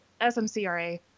SMCRA